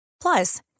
Plus